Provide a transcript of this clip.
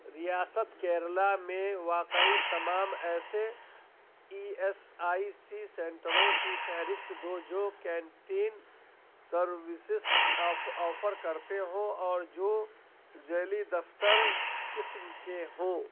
ریاست کیرلا میں واقعی تمام ایسے ای ایس آئی سی سینٹروں کی فہرست دو جو کینٹین سرویسیس آفر کرتے ہوں اور جو ذیلی دفتر قسم کے ہوں